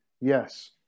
Yes